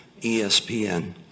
ESPN